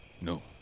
No